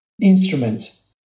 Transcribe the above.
instruments